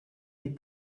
des